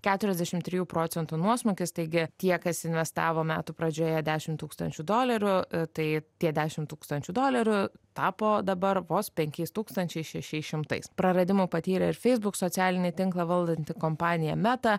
keturiasdešimt trijų procentų nuosmukis taigi tie kas investavo metų pradžioje dešimt tūkstančių dolerių tai tie dešimt tūkstančių dolerių tapo dabar vos penkiais tūkstančiais šešiais šimtais praradimų patyrė ir facebook socialinį tinklą valdanti kompanija meta